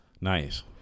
Nice